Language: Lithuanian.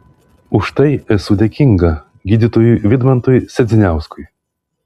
už tai esu dėkinga gydytojui vidmantui sedziniauskui